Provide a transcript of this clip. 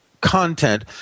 content